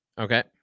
okay